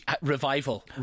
Revival